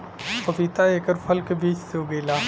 पपीता एकर फल के बीज से उगेला